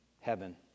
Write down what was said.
heaven